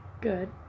Good